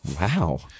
Wow